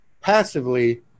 passively